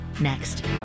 next